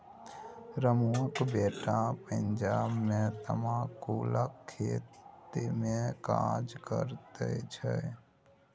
रमुआक बेटा पंजाब मे तमाकुलक खेतमे काज करैत छै